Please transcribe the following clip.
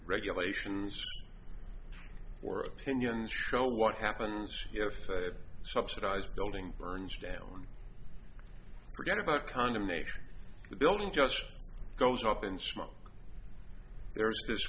regulations or opinions show what happens if they subsidize building burns down forget about condemnation the building just goes up in smoke there